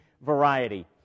Variety